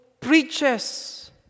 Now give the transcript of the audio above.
preaches